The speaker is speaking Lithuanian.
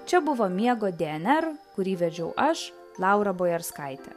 čia buvo miego dnr kurį vedžiau aš laura bojarskaitė